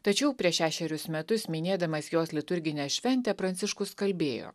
tačiau prieš šešerius metus minėdamas jos liturginę šventę pranciškus kalbėjo